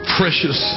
precious